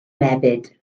mebyd